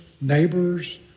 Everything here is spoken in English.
neighbors